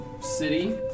city